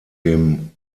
dem